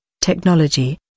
technology